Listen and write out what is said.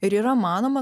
ir yra manoma